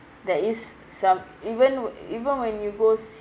that is some even even when you go se~